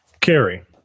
Carrie